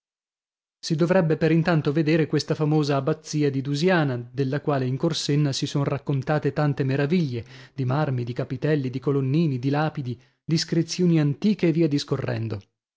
si dovrebbe per intanto vedere questa famosa abbazia di dusiana della quale in corsenna si son raccontate tante maraviglie di marmi di capitelli di colonnini di lapidi d'iscrizioni antiche e via discorrendo